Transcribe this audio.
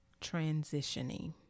transitioning